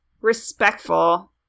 respectful